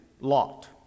Lot